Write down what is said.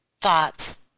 thoughts